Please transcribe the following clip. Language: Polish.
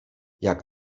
jak